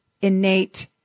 innate